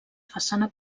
façana